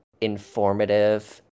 informative